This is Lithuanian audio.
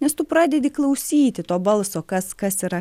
nes tu pradedi klausyti to balso kas kas yra